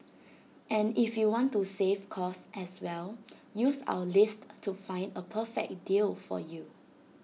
and if you want to save cost as well use our list to find A perfect deal for you